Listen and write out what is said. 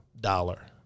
dollar